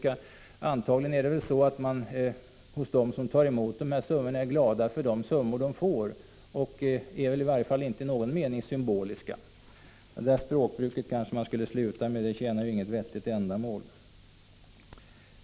Antagligen är det väl så att de som tar emot de här summorna är glada för de pengar som de får, som väl inte i någon mening då är symboliska. Detta språkbruk kanske man bör sluta med — det tjänar ju inget vettigt ändamål.